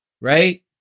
right